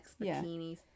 bikinis